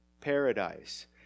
paradise